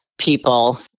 people